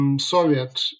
Soviet